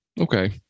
Okay